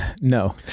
No